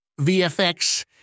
VFX